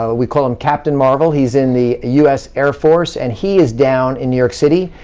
ah we call him captain marvel, he's in the u s. air force, and he is down in new york city.